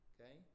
Okay